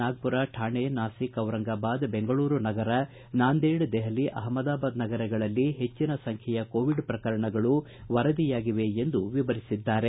ನಾಗ್ದುರ ಥಾಣೆ ನಾಸಿಕ್ ಔರಂಗಾಬಾದ್ ಬೆಂಗಳೂರು ನಗರ ನಾಂದೇಡ್ ದೆಹಲಿ ಅಹಮದಾಬಾದ್ ನಗರಗಳಲ್ಲಿ ಹೆಚ್ಚಿನ ಸಂಖ್ಯೆಯ ಕೋವಿಡ್ ಪ್ರಕರಣಗಳು ವರದಿಯಾಗಿವೆ ಎಂದು ವಿವರಿಸಿದ್ದಾರೆ